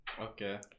Okay